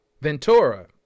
Ventura